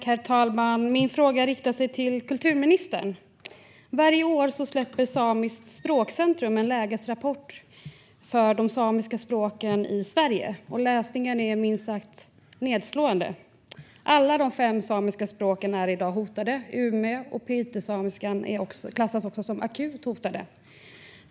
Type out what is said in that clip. Herr talman! Min fråga riktar sig till kulturministern. Varje år släpper Samiskt språkcentrum en lägesrapport för de samiska språken i Sverige. Det är en minst sagt nedslående läsning: Alla de fem samiska språken är i dag hotade. Ume och pitesamiskan klassas också som akut hotade.